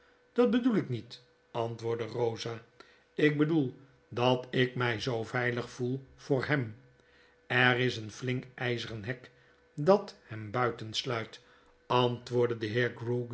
dat bedoel ik niet antwoordde rosa ik bedoel dat ik mij zoo veilig voel voor hem er is een flink yzeren hek dat hem buiten sluit antwoordde de